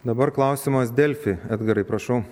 dabar klausimas delfi edgarai prašau